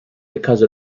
because